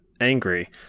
angry